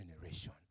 generation